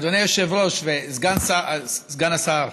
אדוני היושב-ראש, סגן השר,